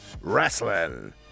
wrestling